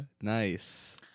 nice